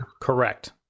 correct